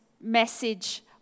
message